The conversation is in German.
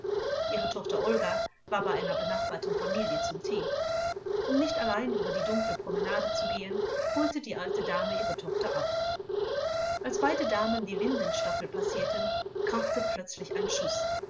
ihre tochter olga war bei einer benachbarten familie zum tee um nicht allein über die dunkle promenade zu gehen holte die alte dame ihre tochter ab als beide damen die lindenstaffel passierten krachte plötzlich ein schuß